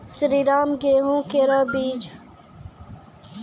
श्रीराम गेहूँ केरो बीज?